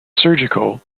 surgical